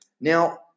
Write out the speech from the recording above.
Now